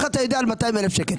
איך תדע על 200,000 שקל?